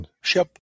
ship